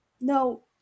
No